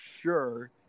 sure